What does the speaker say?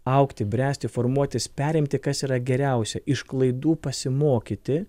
augti bręsti formuotis perimti kas yra geriausia iš klaidų pasimokyti